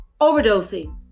overdosing